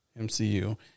MCU